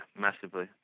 massively